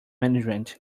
management